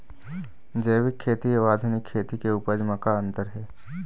जैविक खेती अउ आधुनिक खेती के उपज म का अंतर हे?